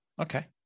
Okay